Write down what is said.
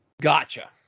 Gotcha